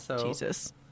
Jesus